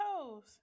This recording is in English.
toes